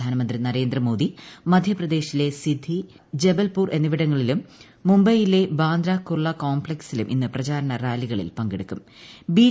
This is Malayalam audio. പ്രധാനമന്ത്രി നരേന്ദ്രമോദി മധ്യപ്രദേശിലെ സിദ്ധി ജപൽപൂർ എന്നിവിടങ്ങളിലും മുംബൈയിലെ ബാന്ദ്രാ കുർള കോംപ്ലക്സിലും ഇന്ന് പ്രചാരണ റാലികളിൽ പങ്കെടുക്കും പ്രബ്ദീ